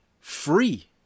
free